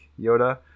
Yoda